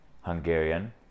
Hungarian